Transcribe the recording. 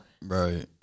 Right